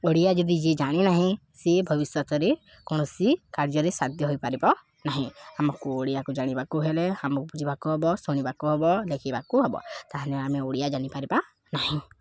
ଓଡ଼ିଆ ଯଦି ଯିଏ ଜାଣି ନାହିଁ ସିଏ ଭବିଷ୍ୟତରେ କୌଣସି କାର୍ଯ୍ୟରେ ସାାଧ୍ୟ ହୋଇପାରିବ ନାହିଁ ଆମକୁ ଓଡ଼ିଆକୁ ଜାଣିବାକୁ ହେଲେ ଆମକୁ ବୁଝିବାକୁ ହବ ଶୁଣିବାକୁ ହବ ଲେଖିବାକୁ ହବ ତାହେଲେ ଆମେ ଓଡ଼ିଆ ଜାଣିପାରିବା ନାହିଁ